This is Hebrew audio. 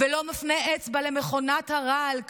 ולא מפנה אצבע למכונת הרעל,